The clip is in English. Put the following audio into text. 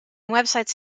websites